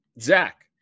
zach